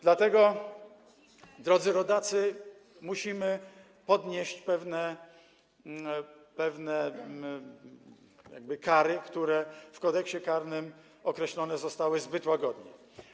Dlatego, drodzy rodacy, musimy podnieść pewne kary, które w Kodeksie karnym określone zostały zbyt łagodnie.